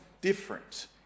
different